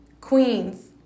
Queens